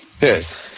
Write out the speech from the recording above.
Yes